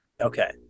Okay